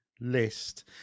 list